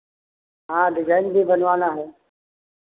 हाँ डिज़ाइन भी बनवाना है